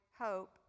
hope